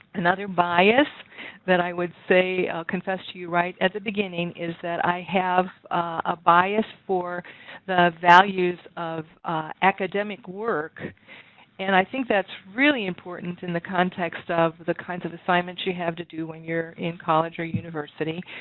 another bias that i would say, confess to you, right at the beginning is that i have a bias for the values of academic work and i think that's really important in the context of the kinds of assignments you have to do when you're in college or university.